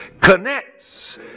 connects